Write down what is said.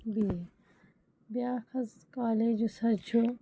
B A بیٛاکھ حظ college یُس حظ چھُ